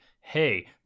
hey